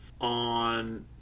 on